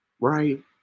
Right